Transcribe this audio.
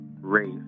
race